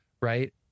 right